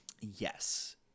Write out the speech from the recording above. yes